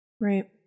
Right